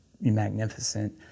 magnificent